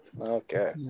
Okay